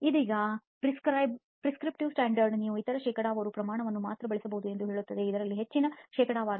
ಇದೀಗ prescriptive standard ನೀವು ಇದರ ಶೇಕಡಾವಾರು ಪ್ರಮಾಣವನ್ನು ಮಾತ್ರ ಬಳಸಬಹುದು ಎಂದು ಹೇಳುತ್ತದೆ ಅದರಲ್ಲಿ ಹೆಚ್ಚಿನ ಶೇಕಡಾವಾರು